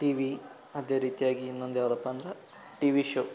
TV ಅದೇ ರೀತಿಯಾಗಿ ಇನ್ನೊಂದು ಯಾವುದಪ್ಪ ಅಂದ್ರೆ ಟಿವಿ ಶೋ